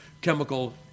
chemical